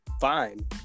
fine